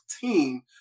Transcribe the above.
Team